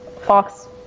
Fox